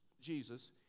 Jesus